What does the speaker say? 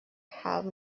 have